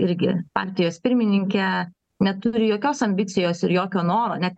irgi partijos pirmininkė neturi jokios ambicijos ir jokio noro net